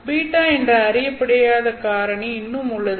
β என்ற அறியப்படாத காரணி இன்னும் உள்ளது